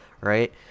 right